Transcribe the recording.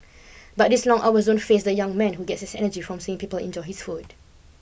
but these long hours don't faze the young man who gets his energy from seeing people enjoy his food